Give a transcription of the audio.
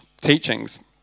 teachings